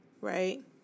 right